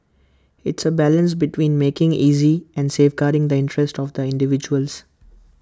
it's A balance between making easy and safeguarding the interests of the individuals